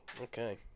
Okay